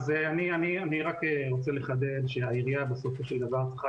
אני רק רוצה לחדד שהעירייה בסופו של דבר צריכה